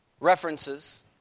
References